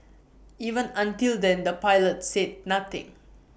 even until then the pilots said nothing